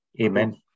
Amen